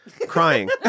crying